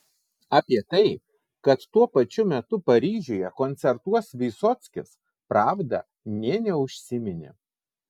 apie tai kad tuo pačiu metu paryžiuje koncertuos vysockis pravda nė neužsiminė